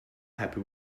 happy